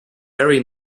very